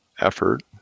effort